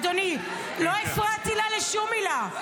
אדוני, לא הפרעתי לה לשום מילה.